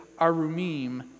Arumim